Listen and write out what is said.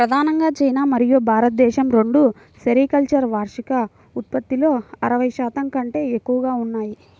ప్రధానంగా చైనా మరియు భారతదేశం రెండూ సెరికల్చర్ వార్షిక ఉత్పత్తిలో అరవై శాతం కంటే ఎక్కువగా ఉన్నాయి